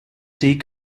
tea